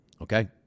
okay